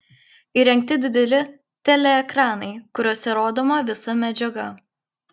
įrengti dideli teleekranai kuriuose rodoma visa medžiaga